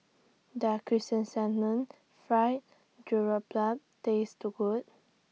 Does Chrysanthemum Fried Garoupa Taste Good